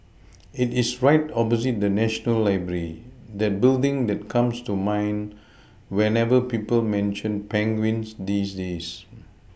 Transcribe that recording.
it is right opposite the national library that building that comes to mind whenever people mention penguins these days